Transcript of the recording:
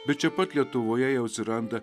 bet čia pat lietuvoje jau atsiranda